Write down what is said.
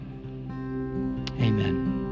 Amen